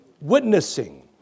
witnessing